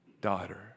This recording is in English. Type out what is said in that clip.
daughter